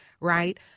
right